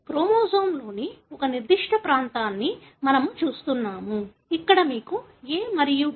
క్రోమోజోమ్లోని ఒక నిర్దిష్ట ప్రాంతాన్ని మనము చూస్తున్నాము ఇక్కడ మీకు A మరియు T